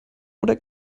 oder